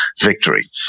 victory